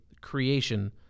creation